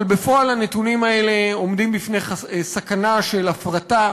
אבל בפועל הנתונים האלה עומדים בפני סכנה של הפרטה.